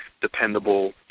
dependable